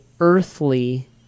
earthly